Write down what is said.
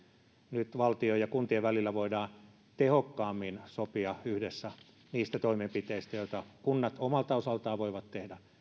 nyt valtion ja kuntien välillä voidaan tehokkaammin sopia yhdessä niistä toimenpiteistä joita kunnat omalta osaltaan voivat tehdä